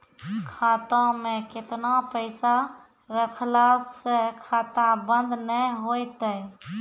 खाता मे केतना पैसा रखला से खाता बंद नैय होय तै?